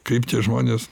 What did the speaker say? kaip tie žmonės